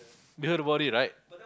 you heard about it right